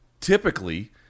typically